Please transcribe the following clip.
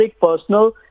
Personal